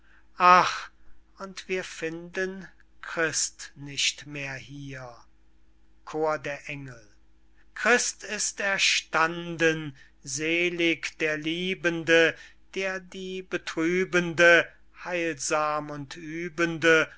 und wir finden christ nicht mehr hier chor der engel christ ist erstanden selig der liebende der die betrübende heilsam und übende